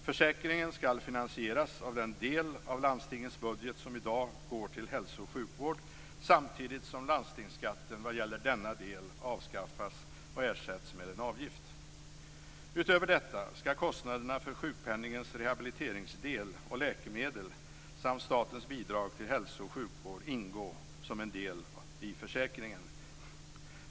Försäkringen skall finansieras av den del av landstingens budget som i dag går till hälso och sjukvård samtidigt som landstingsskatten vad gäller denna del avskaffas och ersätts med en avgift. Utöver detta skall kostnaderna för sjukpenningens rehabiliteringsdel och för läkemedel samt statens bidrag till hälso och sjukvård ingå som en del i försäkringen.